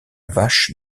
vache